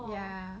ya